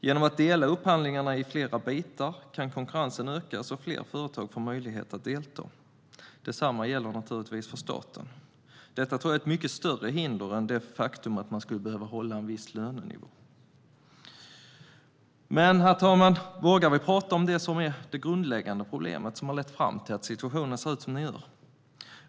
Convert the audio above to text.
Genom att dela upp upphandlingarna i flera bitar kan konkurrensen ökas, och fler företag får möjlighet att delta. Detsamma gäller naturligtvis för staten. Jag tror att detta är ett mycket större hinder än det faktum att man skulle behöva hålla en viss lönenivå. Herr talman! Vågar vi tala om det som är det grundläggande problemet - det som har lett fram till att situationen ser ut som den gör?